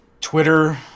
twitter